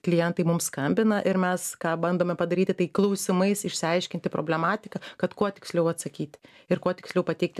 klientai mums skambina ir mes ką bandome padaryti tai klausimais išsiaiškinti problematiką kad kuo tiksliau atsakyti ir kuo tiksliau pateikti